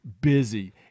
busy